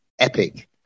epic